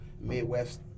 midwest